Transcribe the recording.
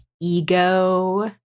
ego